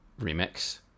remix